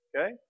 okay